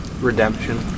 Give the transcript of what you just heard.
Redemption